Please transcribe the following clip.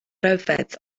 ryfedd